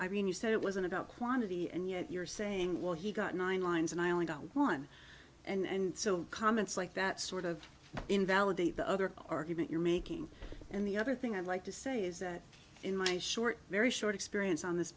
i mean you said it wasn't about quantity and yet you're saying well he got nine lines and i only got one and so comments like that sort of invalidate the other argument you're making and the other thing i'd like to say is that in my short very short experience on this